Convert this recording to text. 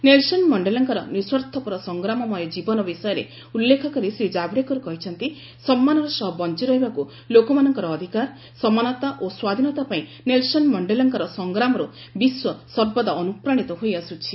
Nelson ମଣ୍ଡେଲାଙ୍କର ନିଃସ୍ୱାର୍ଥପର ସଂଗ୍ରାମମୟ ଜୀବନ ବିଷୟରେ ଉଲ୍ଲେଖ କରି ଶ୍ରୀ ଜାବଡେକର କହିଛନ୍ତି ସମ୍ମାନର ସହ ବଞ୍ଚରହିବାକୁ ଲୋକମାନଙ୍କର ଅଧିକାର ସମାନତା ଓ ସ୍ୱାଧୀନତା ପାଇଁ ନେଲସନ ମଣ୍ଡେଲାଙ୍କର ସଂଗ୍ରାମରୁ ବିଶ୍ୱ ସର୍ବଦା ଅନୁପ୍ରାଣିତ ହୋଇଆସୁଛି